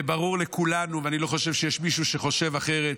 וברור לכולנו, ואני לא חושב שיש מישהו שחושב אחרת,